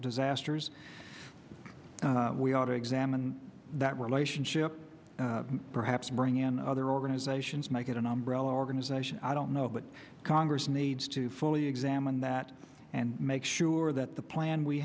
disasters and we ought to examine that relationship and perhaps bring in other organizations make it an umbrella organization i don't know but congress needs to fully examine that and make sure that the plan we